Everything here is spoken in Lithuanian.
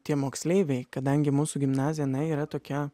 tie moksleiviai kadangi mūsų gimnazija yra tokia